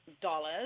dollars